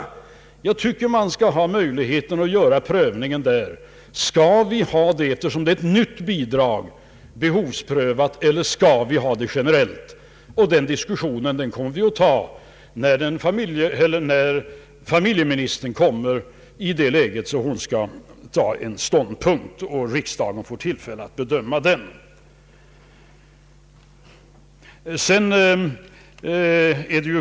Möjligheten till en prövning anser jag skall finnas. Skall bostadsbidraget, som är en ny bidragsform, vara behovsprövat eller ges generellt? Det skall vi diskutera när familjeministern har intagit sin ståndpunkt. Därefter får riksdagen tillfälle att göra sin bedömning.